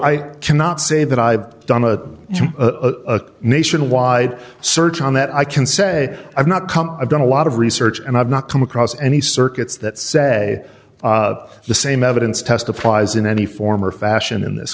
i cannot say that i've done a a nationwide search on that i can say i've not come i've done a lot of research and i've not come across any circuits that say the same evidence test applies in any form or fashion in this